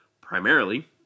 primarily